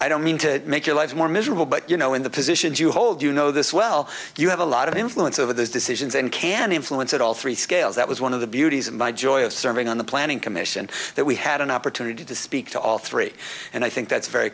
i don't mean to make your life more miserable but you know in the positions you hold you know this well you have a lot of influence over those decisions and can influence it all three scales that was one of the beauties of my joy of serving on the planning commission that we had an opportunity to speak to all three and i think that's very